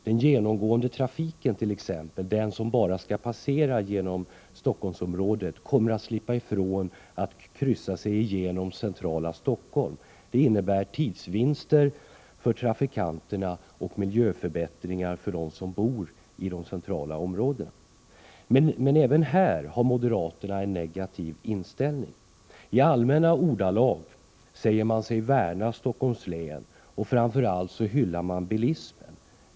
Den genomgående trafiken — den som bara skall passera genom Stockholmsområdet — kommer att slippa ifrån att kryssa sig igenom centrala Stockholm. Det innebär tidsvinster för trafikanterna och miljöförbättringar för dem som bor i det centrala området. Men även här har moderaterna en negativ inställning. I allmänna ordalag säger man sig värna om Stockholms län, och framför allt hyllar man bilismen.